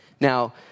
Now